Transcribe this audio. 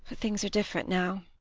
things are different now.